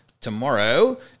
tomorrow